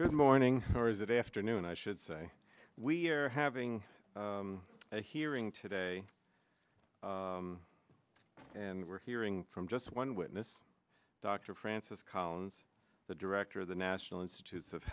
good morning or is it afternoon i should say we're having a hearing today and we're hearing from just one witness dr francis collins the director of the national institutes of